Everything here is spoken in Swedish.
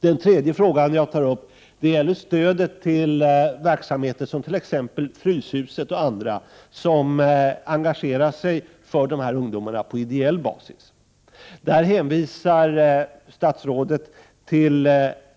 Det tredje frågan gäller stödet till verksamheter som t.ex. Fryshuset, som engagerar sig i ungdomarna på ideell basis. Statsrådet hänvisar till